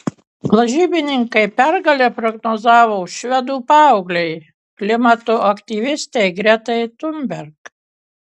lažybininkai pergalę prognozavo švedų paauglei klimato aktyvistei gretai thunberg